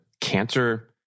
cancer